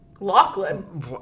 Lachlan